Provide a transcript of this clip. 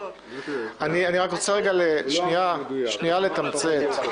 --- אני רוצה שנייה לתמצת.